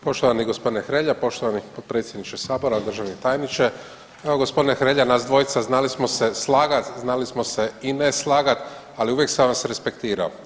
Poštovani gospodine Hrelja, poštovani potpredsjedniče sabora, državni tajniče, evo gospodine Hrelja nas dvojca znali smo se slagat, znali smo se i ne slagat ali uvijek sam vas respektirao.